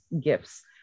gifts